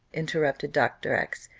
interrupted dr. x.